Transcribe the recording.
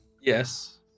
Yes